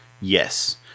yes –